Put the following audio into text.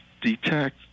detect